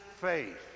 faith